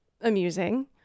amusing